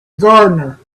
gardener